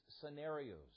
scenarios